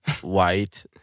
white